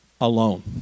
alone